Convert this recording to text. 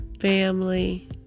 family